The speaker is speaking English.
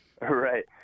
Right